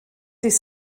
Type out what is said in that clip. dydd